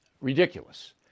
Ridiculous